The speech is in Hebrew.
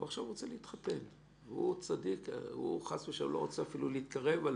מתייחס לסעיף 38. סעיף 38 מתמקד במידע על